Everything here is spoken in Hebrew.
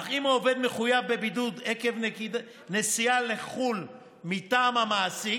אך אם העובד מחויב בבידוד עקב נסיעה לחו"ל מטעם המעסיק,